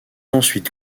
ensuite